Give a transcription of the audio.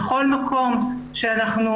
בכל מקום שגברים